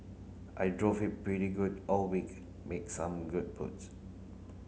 I drove it pretty good all week make some good putts